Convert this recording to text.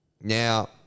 Now –